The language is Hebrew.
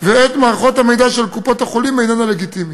ואת מערכות המידע של קופות-החולים איננה לגיטימית.